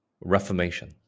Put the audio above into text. Reformation